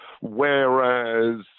whereas